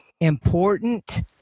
important